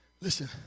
Listen